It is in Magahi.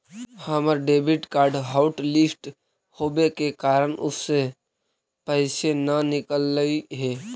हमर डेबिट कार्ड हॉटलिस्ट होवे के कारण उससे पैसे न निकलई हे